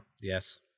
Yes